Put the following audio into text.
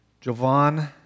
Jovan